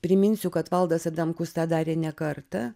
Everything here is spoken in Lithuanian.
priminsiu kad valdas adamkus tą darė ne kartą